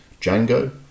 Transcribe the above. Django